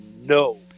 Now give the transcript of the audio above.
no